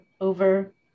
over